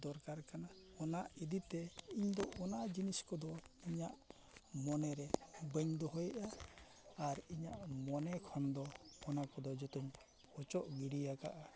ᱫᱚᱨᱠᱟᱨ ᱠᱟᱱᱟ ᱚᱱᱟ ᱤᱫᱤ ᱛᱮ ᱤᱧ ᱫᱚ ᱚᱱᱟ ᱡᱤᱱᱤᱥ ᱠᱚᱫᱚ ᱤᱧᱟᱹᱜ ᱢᱚᱱᱮ ᱨᱮ ᱵᱟᱹᱧ ᱫᱚᱦᱚᱭᱮᱜᱼᱟ ᱟᱨ ᱤᱧᱟᱹᱜ ᱢᱚᱱᱮ ᱠᱷᱚᱱ ᱫᱚ ᱚᱱᱟ ᱠᱚᱫᱚ ᱡᱚᱛᱚᱧ ᱚᱪᱚᱜ ᱜᱤᱰᱤᱭᱟᱠᱟᱜᱼᱟ